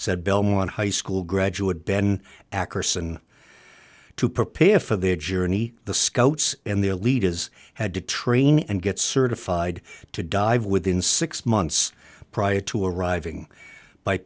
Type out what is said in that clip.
said belmont high school graduate ben ackerson to prepare for their journey the scouts and their leaders had to train and get certified to dive within six months prior to arriving by